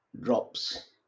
drops